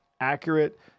accurate